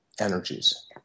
energies